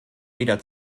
weder